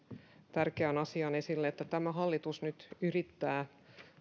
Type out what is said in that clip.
tärkeän asian esille että tämä hallitus nyt yrittää